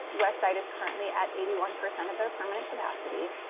west side is currently at eighty one percent of their permanent capacity.